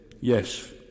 yes